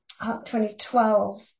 2012